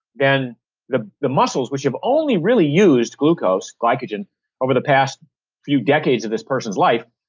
then the the muscles which have only really used glucose, glycogen over the past few decades of this person's life,